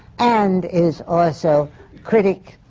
and is also critic,